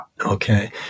Okay